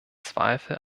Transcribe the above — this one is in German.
zweifel